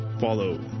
follow